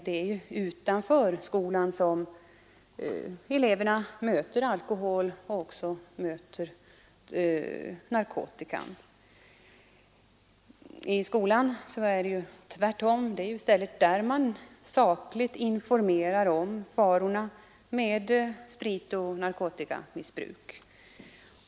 Det är ju utanför skolan som eleverna möter alkoholen och även möter narkotikan. I skolan är det tvärtom: det är där man sakligt informerar om farorna med spritoch narkotikamissbruk.